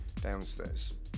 downstairs